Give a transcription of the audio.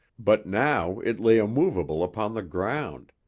but now it lay immovable upon the ground,